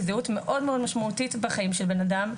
זהות מאוד מאוד משמעותית בחיים של בן אדם,